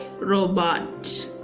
robot